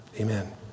Amen